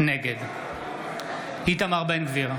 נגד איתמר בן גביר,